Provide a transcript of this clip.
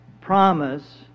promise